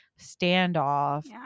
standoff